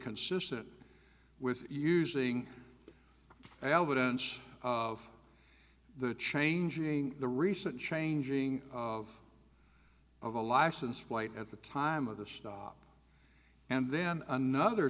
consistent with using albertans of the changing the recent changing of of a license plate at the time of the stop and then another